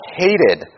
hated